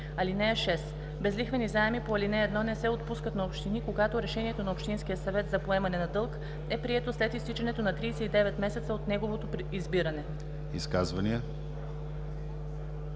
бюджет. (6) Безлихвени заеми по ал. 1 не се отпускат на общини, когато решението на общинския съвет за поемане на дълг е прието след изтичането на 39 месеца от неговото избиране.“